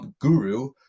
guru